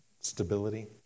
stability